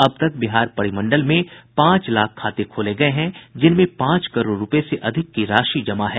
अब तक बिहार परिमंडल में पांच लाख खाते खोले गये हैं जिनमें पांच करोड़ रूपये से अधिक की राशि जमा है